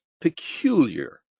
peculiar